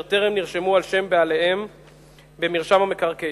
טרם נרשמו על שם בעליהן במרשם המקרקעין,